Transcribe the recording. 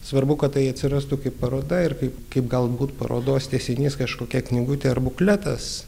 svarbu kad tai atsirastų kaip paroda ir kaip kaip galbūt parodos tęsinys kažkokia knygutė ar bukletas